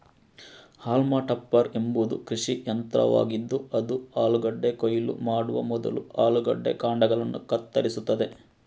haulm topper ಎಂಬುದು ಕೃಷಿ ಯಂತ್ರವಾಗಿದ್ದು ಅದು ಆಲೂಗಡ್ಡೆ ಕೊಯ್ಲು ಮಾಡುವ ಮೊದಲು ಆಲೂಗಡ್ಡೆ ಕಾಂಡಗಳನ್ನು ಕತ್ತರಿಸುತ್ತದೆ